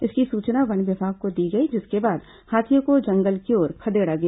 इसकी सूचना वन विभाग को दी गई जिसके बाद हाथियों को जंगल की ओर खदेड़ा गया